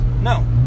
No